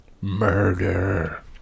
Murder